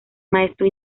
maestro